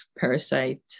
Parasite